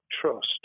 trust